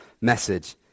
message